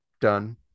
done